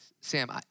Sam